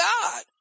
God